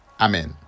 amen